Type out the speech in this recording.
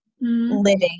living